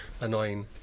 annoying